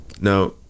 Now